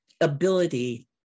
ability